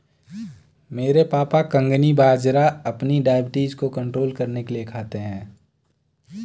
मेरे पापा कंगनी बाजरा अपनी डायबिटीज को कंट्रोल करने के लिए खाते हैं